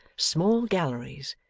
small galleries,